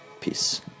Peace